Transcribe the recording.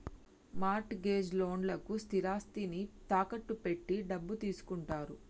mart gauge లోన్లకు స్థిరాస్తిని తాకట్టు పెట్టి డబ్బు తీసుకుంటారు